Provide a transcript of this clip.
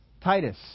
Titus